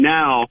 now